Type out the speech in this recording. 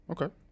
Okay